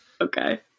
Okay